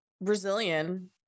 Brazilian